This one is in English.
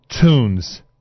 tunes